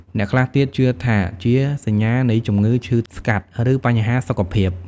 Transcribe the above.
អ្នកខ្លះទៀតជឿថាជាសញ្ញានៃជំងឺឈឺស្កាត់ ឬបញ្ហាសុខភាព។